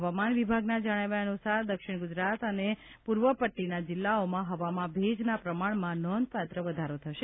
હવામાન વિભાગના જણાવ્યા અનુસાર દક્ષિણ ગુજરાત અનએ પૂર્વ પટ્ટીના જિલ્લાઓમાં હવામાં ભેજના પ્રમાણમાં નોંધપાત્ર વધારો થશે